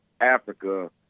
Africa